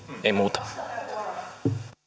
ei muuta